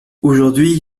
aujourd’hui